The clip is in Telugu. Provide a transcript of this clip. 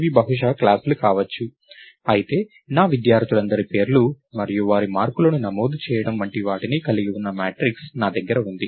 ఇవి బహుశా క్లాస్ లు కావచ్చు అయితే నా విద్యార్థులందరి పేర్లు మరియు వారి మార్కులను నమోదు చేయడం వంటి వాటిని కలిగి ఉన్న మ్యాట్రిక్స్ నా దగ్గర ఉంది